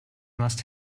must